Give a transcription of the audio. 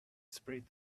spread